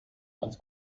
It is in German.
ganz